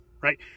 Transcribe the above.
right